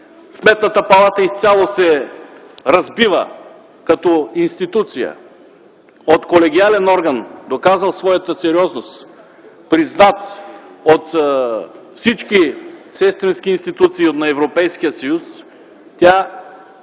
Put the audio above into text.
Сметната палата изцяло се разбива като институция. От колегиален орган, доказал своята сериозност, признат от всички сестрински институции на Европейския съюз, тя